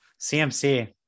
CMC